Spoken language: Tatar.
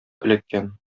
эләккән